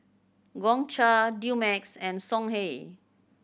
Gongcha Dumex and Songhe